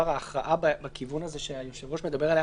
ההכרעה בכיוון הזה שהיושב-ראש מדבר עליו,